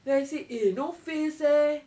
then I said eh no face eh